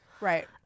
Right